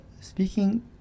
speaking